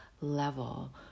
level